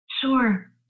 Sure